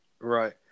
right